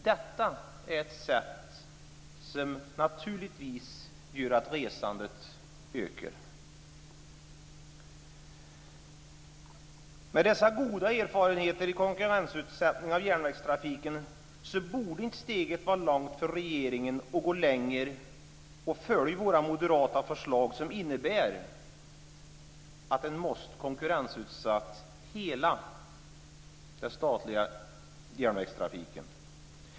Detta gör naturligtvis att resandet ökar. Med dessa goda erfarenheter från konkurrensutsättning av järnvägstrafiken borde steget inte vara långt för regeringen att gå längre och följa våra moderata förslag, som innebär att man måste konkurrensutsätta hela den statliga järnvägstrafiken.